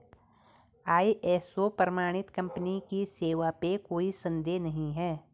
ISO प्रमाणित company की सेवा पे कोई संदेह नहीं है